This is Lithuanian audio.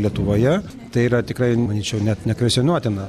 lietuvoje tai yra tikrai manyčiau net nekvestionuotina